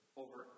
over